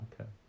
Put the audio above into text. okay